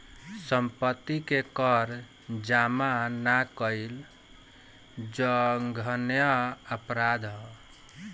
सम्पत्ति के कर जामा ना कईल जघन्य अपराध ह